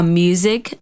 music